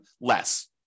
less